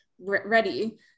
ready